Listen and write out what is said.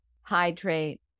hydrate